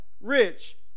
rich